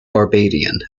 barbadian